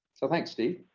so thanks, steve.